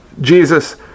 Jesus